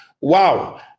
Wow